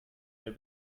der